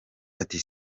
ati